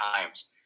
times